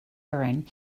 urine